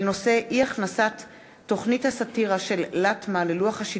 לקריאה ראשונה, מטעם הממשלה: